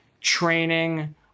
training